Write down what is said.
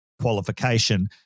qualification